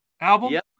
album